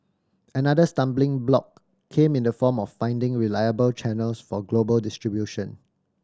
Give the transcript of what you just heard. another stumbling block came in the form of finding reliable channels for global distribution